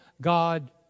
God